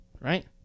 right